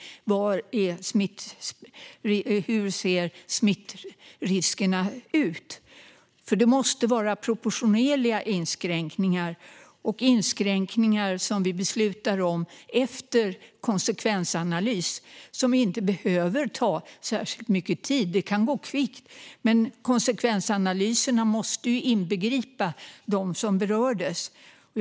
Hur ser smittriskerna ut? Det måsta vara proportionerliga inskränkningar som vi beslutar om efter konsekvensanalys. Det behöver inte ta särskilt mycket tid. Det kan gå kvickt. Men konsekvensanalyserna måste inbegripa dem som berörs.